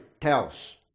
Tells